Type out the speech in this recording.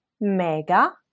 MEGA